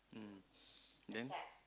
mm then